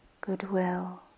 goodwill